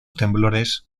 temblores